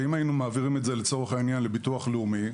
ואם היינו מעבירים את זה לצורך העניין לביטוח לאומי,